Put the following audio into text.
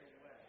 away